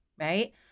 right